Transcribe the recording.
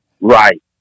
right